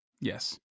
Yes